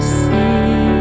see